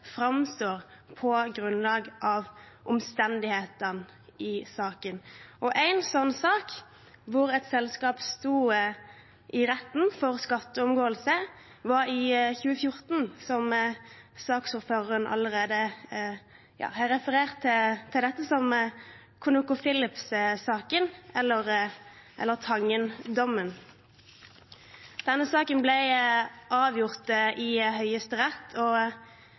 framstår på grunnlag av omstendighetene i saken. En sånn sak, hvor et selskap sto i retten for skatteomgåelse, var i 2014, noe saksordføreren allerede har referert til som ConocoPhillips-saken eller Tangen-dommen. Saken ble avgjort i Høyesterett